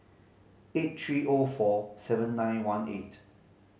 eight three O four seven nine one eight